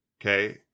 Okay